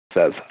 says